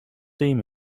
team